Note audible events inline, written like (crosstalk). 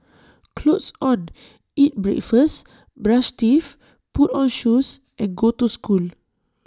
clothes on eat breakfast brush teeth put on shoes and go to school (noise)